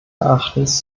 erachtens